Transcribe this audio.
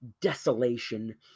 desolation